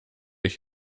ich